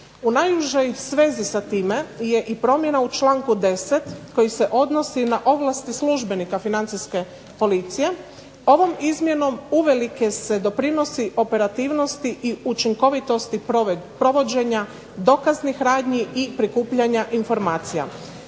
U najužoj svezi sa time je i promjena u članku 10. koji se odnosi na ovlasti službenika Financijske policije. Ovom izmjenom uvelike se doprinosi operativnosti i učinkovitosti provođenja dokaznih radnji i prikupljanja informacija.